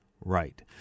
right